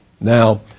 Now